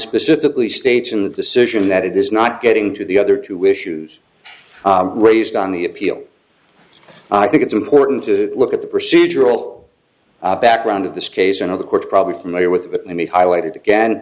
specifically states in the decision that it is not getting to the other two issues raised on the appeal i think it's important to look at the procedural background of this case and of the court probably familiar with let me highlight it again